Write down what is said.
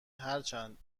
هرچند